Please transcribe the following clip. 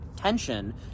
tension